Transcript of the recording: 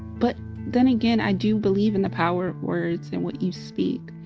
but then again, i do believe in the power of words and what you speak.